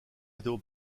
étaient